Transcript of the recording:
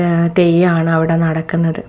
തെയ്യമാണ് അവിടെ നടക്കുന്നത്